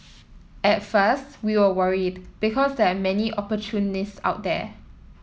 at first we were worried because there are many opportunists out there